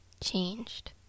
changed